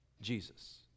Jesus